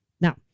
Now